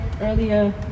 earlier